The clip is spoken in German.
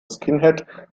skinhead